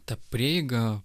ta prieiga